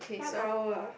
one hour